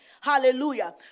Hallelujah